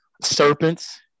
serpents